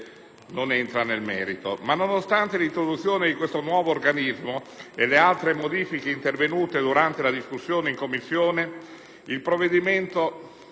non entra nel merito. Nonostante l'introduzione di questo nuovo organismo e le altre modifiche intervenute durante la discussione in Commissione, il provvedimento